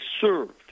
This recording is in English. served